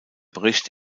bericht